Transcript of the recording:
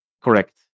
Correct